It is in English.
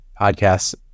podcasts